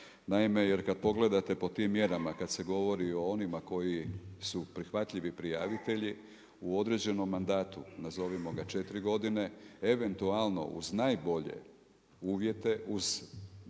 Jer kada pogledate po tim mjerama kada se govori o onima koji su prihvatljivi prijavitelji u određenom mandatu, nazovimo ga 4 godine, eventualno uz najbolje uvjete, uz